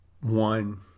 one